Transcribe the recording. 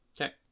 Okay